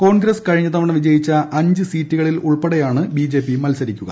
കോൺഗ്രസ് കഴിഞ്ഞ തവണ വിജയിച്ച് അഞ്ച് സീറ്റുകളിലുൾപ്പെടെയാണ് ബിജെപി മത്സരിക്കുക